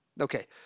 Okay